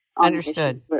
Understood